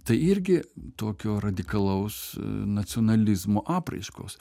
tai irgi tokio radikalaus nacionalizmo apraiškos